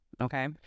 okay